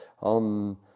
on